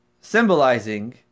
symbolizing